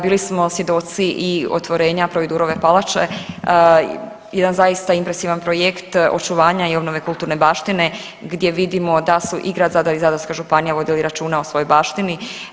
Bili smo svjedoci i otvorena Providurove palače jedan zaista impresivan projekt očuvanja i obnove kulturne baštine gdje vidimo da su i grad Zadar i Zadarska županija vodili računa o svojoj baštini.